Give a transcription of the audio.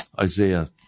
Isaiah